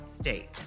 State